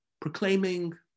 proclaiming